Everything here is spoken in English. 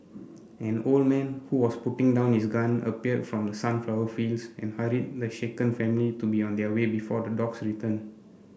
an old man who was putting down his gun appeared from the sunflower fields and hurried the shaken family to be on their way before the dogs return